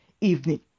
evening